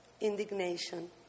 Indignation